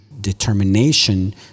determination